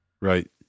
right